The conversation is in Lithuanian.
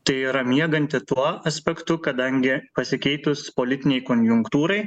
tai yra mieganti tuo aspektu kadangi pasikeitus politinei konjunktūrai